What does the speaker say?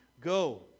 Go